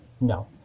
No